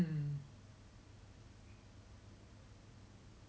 maybe only for like paedophiles ya